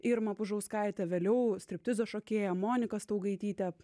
irmą pužauskaitę vėliau striptizo šokėją moniką staugaitytę